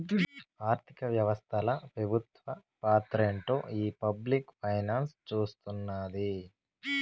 ఆర్థిక వ్యవస్తల పెబుత్వ పాత్రేంటో ఈ పబ్లిక్ ఫైనాన్స్ సూస్తున్నాది